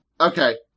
Okay